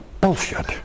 Bullshit